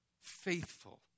faithful